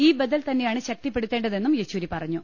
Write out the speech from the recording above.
ഈ ബദൽ തന്നെയാണ് ശക്തിപ്പെടുത്തേണ്ടതെന്നും യെച്ചൂരി പറഞ്ഞു